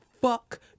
fuck